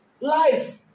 life